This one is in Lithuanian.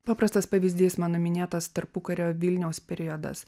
paprastas pavyzdys mano minėtas tarpukario vilniaus periodas